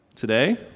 Today